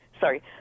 sorry